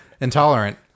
intolerant